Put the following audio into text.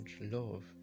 love